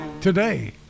today